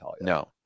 No